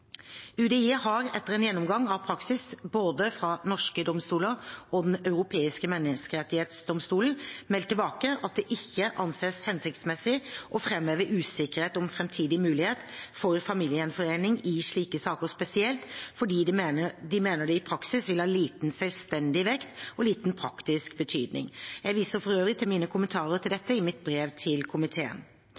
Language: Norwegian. UDI har etter en gjennomgang av praksis både fra norske domstoler og fra Den europeiske menneskerettighetsdomstolen meldt tilbake at det ikke anses hensiktsmessig å framheve usikkerhet om framtidige muligheter for familiegjenforening i slike saker spesielt, fordi de mener det i praksis vil ha liten selvstendig vekt og liten praktisk betydning. Jeg viser for øvrig til mine kommentarer om dette i mitt brev til komiteen.